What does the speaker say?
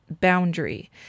boundary